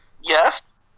Yes